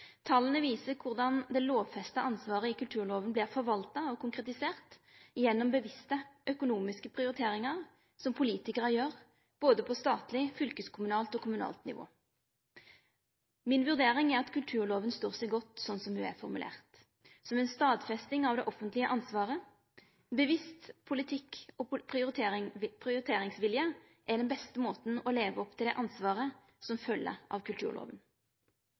Tala viser korleis det lovfesta ansvaret i kulturloven vert forvalta og konkretisert gjennom bevisste økonomiske prioriteringar som politikarar gjer både på statleg, fylkeskommunalt og kommunalt nivå. Mi vurdering er at kulturloven står seg godt slik som han er formulert, som ei stadfesting av det offentlege ansvaret. Ein bevisst politikk og prioriteringsvilje er den beste måten å leve opp til det ansvaret som følgjer av